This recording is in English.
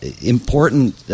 important